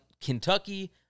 Kentucky